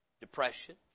depression